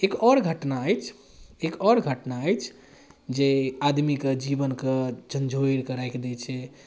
एक आओर घटना अछि एक आओर घटना अछि जे आदमीके जीवनके झँझोरिकऽ राखि दै छै